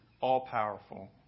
all-powerful